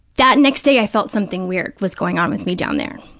that next day i felt something weird was going on with me down there.